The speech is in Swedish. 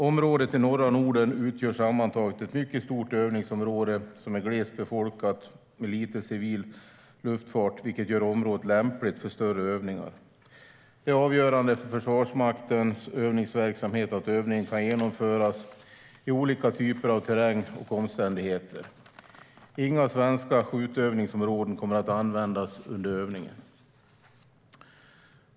Området i norra Norden utgör sammantaget ett mycket stort övningsområde som är glest befolkat och med lite civil luftfart, vilket gör området lämpligt för större övningar. Det är avgörande för Försvarsmaktens övningsverksamhet att övning kan genomföras i olika typer av terräng och under olika omständigheter. Inga svenska skjutövningsområden kommer att användas under övningen.